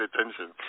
attention